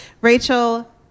rachel